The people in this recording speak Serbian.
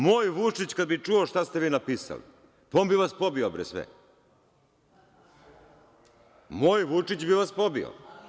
Moj Vučić kada bi čuo šta ste vi napisali, pa on bi vas sve pobio, moj Vučić bi vas pobio.